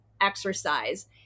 exercise